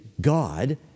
God